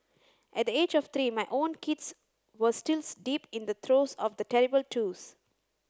at the age of three my own kids were still deep in the throes of the terrible twos